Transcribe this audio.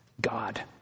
God